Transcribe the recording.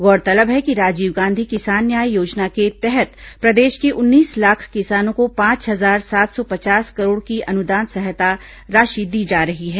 गौरतलब है कि राजीव गांधी किसान न्याय योजना के तहत प्रदेश के उन्नीस लाख किसानों को पांच हजार सात सौ पचास करोड़ की अनुदान सहायता राशि दी जा रही है